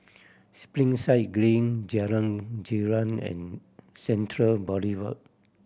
Springside Green Jalan Girang and Central Boulevard